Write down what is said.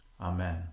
Amen